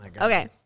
Okay